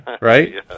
Right